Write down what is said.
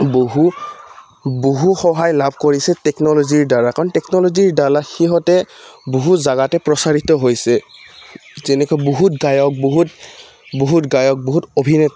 বহু বহু সহায় লাভ কৰিছে টেকন'লজিৰ দ্বাৰা কাৰণ টেকন'ল'জিৰ দ্বাৰা সিহঁতে বহু জাগাতে প্ৰচাৰিত হৈছে যেনেকৈ বহুত গায়ক বহুত বহুত গায়ক বহুত অভিনেত